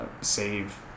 save